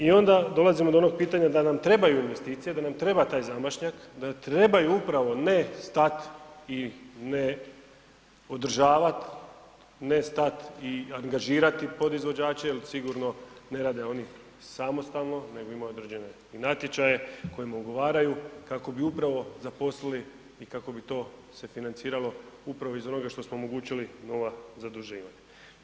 I onda dolazimo do onog pitanja da nam trebaju investicije, da nam treba taj zamašnjak, da trebaju upravo ne stati i ne održavat, ne stati i angažirati podizvođače jer sigurno ne rade oni samostalno nego imaju i određene natječaje kojima ugovaraju kako bi upravo zaposlili i kako bi to se financiralo upravo iz onoga što smo omogućili, nova zaduživanja.